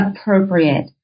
appropriate